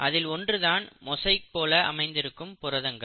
அதில் ஒன்றுதான் மொசைக் போல அமைந்திருக்கும் புரதங்கள்